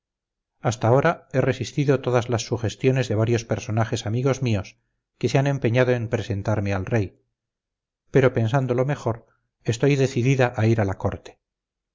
hasta ahora he resistido todas las sugestiones de varios personajes amigos míos que se han empeñado en presentarme al rey pero pensándolo mejor estoy decidida a ir a la corte